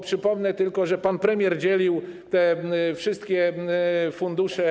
Przypomnę tylko, że pan premier dzielił te wszystkie fundusze.